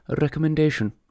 recommendation